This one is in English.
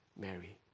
Mary